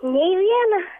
nei viena